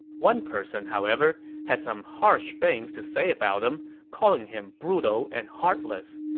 one person, however, had some harsh things to say about him, calling him brutal and heartless.